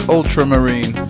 Ultramarine